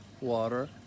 water